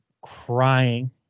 crying